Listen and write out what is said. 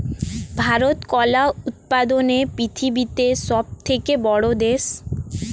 ভারত কলা উৎপাদনে পৃথিবীতে সবথেকে বড়ো দেশ